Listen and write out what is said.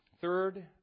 Third